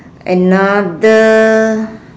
another